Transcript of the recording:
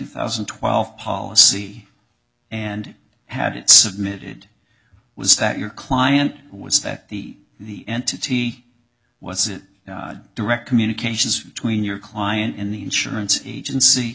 thousand and twelve policy and had it submitted was that your client was that he the entity was it direct communications between your client and the insurance agency